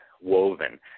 woven